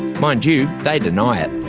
mind you, they deny it.